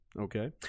Okay